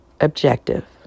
objective